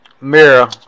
mirror